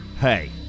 hey